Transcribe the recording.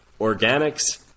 organics